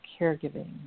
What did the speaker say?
caregiving